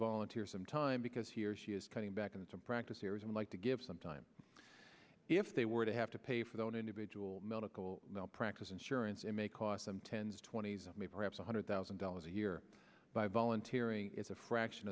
volunteer some time because he or she is coming back into practice here and like to give some time if they were to have to pay for their own individual medical malpractise insurance it may cost them tens twenties i mean perhaps one hundred thousand dollars a year by volunteering it's a fraction